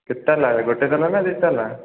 କେତେ ତାଲା ଗୋଟେ ତାଲା ନା ଦୁଇ ତାଲା